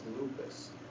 lupus